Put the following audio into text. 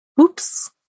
oops